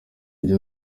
byo